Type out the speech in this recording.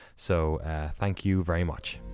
so thank you very much.